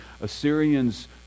Assyrians